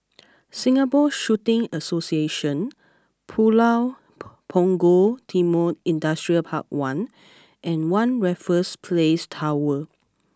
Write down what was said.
Singapore Shooting Association Pulau Punggol Timor Industrial Park One and One Raffles Place Tower